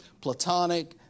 platonic